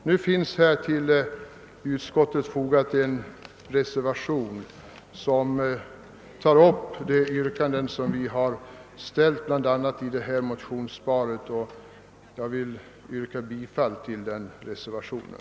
Till utskottets utlåtande finns fogad en reservation som tar upp bla. det yrkande vi har ställt i vårt motionspar, och jag ber att få yrka bifall till reservationen.